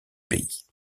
pays